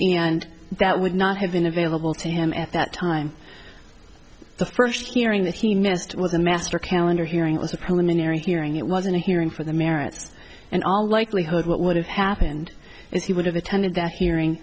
and that would not have been available to him at that time the first hearing that he missed was a master calendar hearing it was a preliminary hearing it wasn't a hearing for the merits and all likelihood what would have happened is he would have attended that hearing